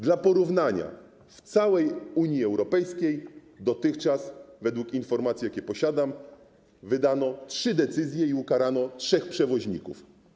Dla porównania w całej Unii Europejskiej wydano dotychczas, według informacji, jakie posiadam, trzy decyzje i ukarano trzech przewoźników.